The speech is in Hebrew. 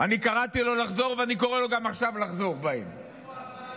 אני קראתי לו לחזור בו ואני קורא לו גם עכשיו לחזור בו מהן.